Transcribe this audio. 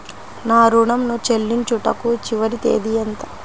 నా ఋణం ను చెల్లించుటకు చివరి తేదీ ఎంత?